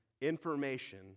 information